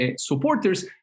supporters